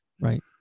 Right